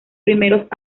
primeros